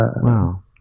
Wow